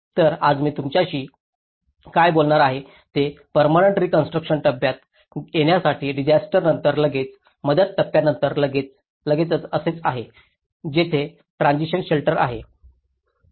तर आज मी तुझ्याशी काय बोलणार आहे ते पर्मनंट रीकॉन्स्ट्रुकशन टप्प्यात येण्याआधी डिसास्टरनंतर लगेच आणि मदत टप्प्यानंतर लगेचच असेच आहे जेथे ट्रान्सिशन शेल्टर आहे